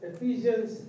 Ephesians